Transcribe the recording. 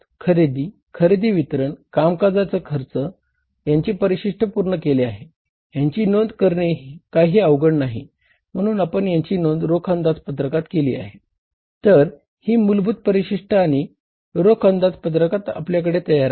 तर आता आपण वेगवेगळे परिशिष्ट आहे